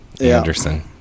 Anderson